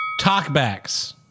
talkbacks